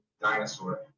dinosaur